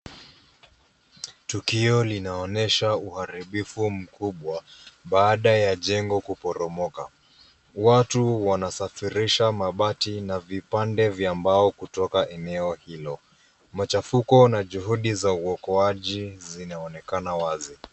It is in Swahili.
Tukio linaonyesha uharibifu mkubwa baada ya jengo kuporomoka. Watu wanasfirisha mabati na vipande vya mbao kutoka eneo hilo. Mchafuko na juhudi za uokoleaji zinaonekana wazi.